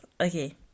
okay